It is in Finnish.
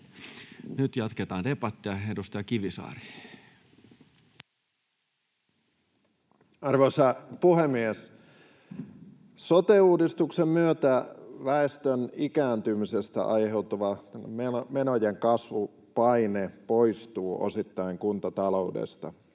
vuodelle 2023 Time: 18:19 Content: Arvoisa puhemies! Sote-uudistuksen myötä väestön ikääntymisestä aiheutuva menojen kasvupaine poistuu osittain kuntataloudesta.